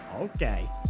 okay